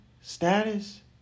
Status